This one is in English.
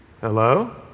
Hello